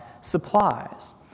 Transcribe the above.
supplies